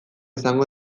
izango